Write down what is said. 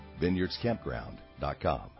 VineyardsCampground.com